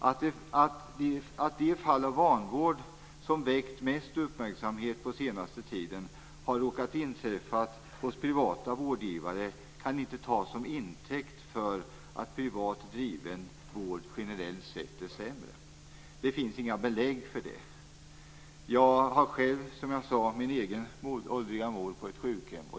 Att de fall av vanvård som väckt mest uppmärksamhet på senaste tiden har råkat inträffa hos privata vårdgivare kan inte tas som intäkt för att privat driven vård generellt sett är sämre. Det finns inga belägg för det. Som jag sade har jag själv min egen åldriga mor på ett sjukhem.